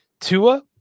Tua